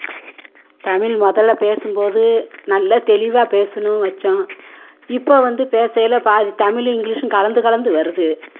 தமிழ் முதல்ல பேசும் போது நல்ல தெளிவாக பேசணும் வச்சோம் இப்போ வந்து பேசையில் பாதி தமிலும் இங்கிலீஷும் கலந்து கலந்து வருது